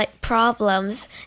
problems